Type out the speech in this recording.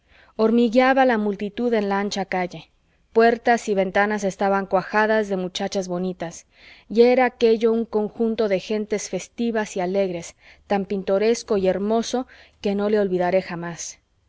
hormigueaba la multitud en la ancha calle puertas y ventanas estaban cuajadas de muchachas bonitas y era aquello un conjunto de gentes festivas y alegres tan pintoresco y hermoso que no le olvidaré jamás